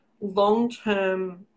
long-term